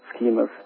schemas